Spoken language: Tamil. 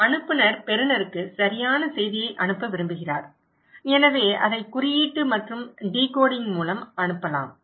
அனுப்புநர் பெறுநருக்கு சரியான செய்தியை அனுப்ப விரும்புகிறார் எனவே அதை குறியீட்டு மற்றும் டிகோடிங் மூலம் அனுப்பலாம்